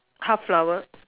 half flower